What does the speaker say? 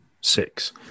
six